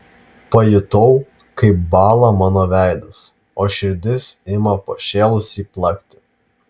pajutau kaip bąla mano veidas o širdis ima pašėlusiai plakti